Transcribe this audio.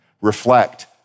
reflect